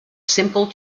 simple